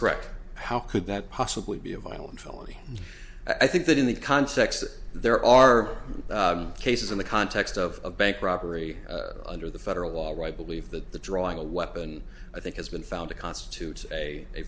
correct how could that possibly be a violent felony i think that in the context there are cases in the context of a bank robbery under the federal law or i believe that the drawing a weapon i think has been found to constitute a